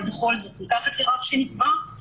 אבל בכל זאת מתחת לרף שנקבע.